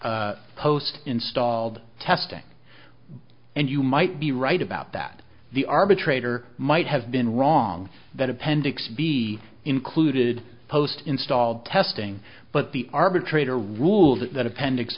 post installed testing and you might be right about that the arbitrator might have been wrong that appendix b included post installed testing but the arbitrator rules that appendix